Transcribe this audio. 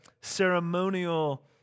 ceremonial